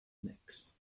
necks